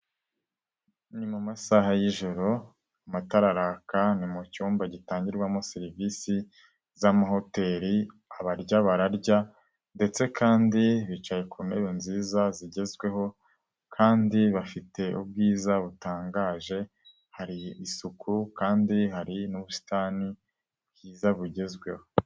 Ni mu masaha y'ijoro, amatara araka ni mu cyumba gitangirwamo serivisi z'amahoteri, abarya bararya ndetse kandi bicaye ku ntebe nziza zigezweho kandi bafite ubwiza butangaje, hari isuku kandi hari n'ubusitani bwiza bugezweho.